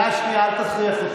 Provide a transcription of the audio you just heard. אל תכריח אותי,